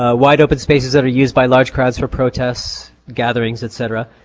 ah wide open spaces that are used by large crowds for protests, gatherings, etc.